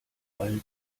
alt